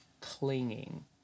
clinging